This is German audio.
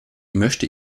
möchte